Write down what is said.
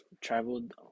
traveled